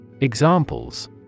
Examples